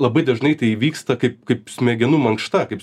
labai dažnai tai įvyksta kaip kaip smegenų mankšta kaip